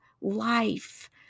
life